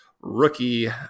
rookie